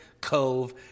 cove